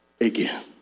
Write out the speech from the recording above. again